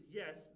yes